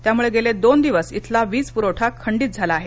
त्यामुळे गेले दोन दिवस इथला वीज प्रवठा खंडित झाला आहे